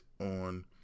on